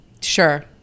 Sure